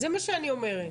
זה מה שאני אומרת.